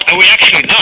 ah we actually